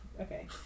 Okay